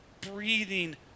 breathing